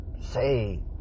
say